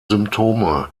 symptome